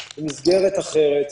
במסגרת אחרת,